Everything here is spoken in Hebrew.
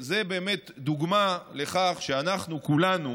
זה באמת דוגמה לכך שאנחנו כולנו,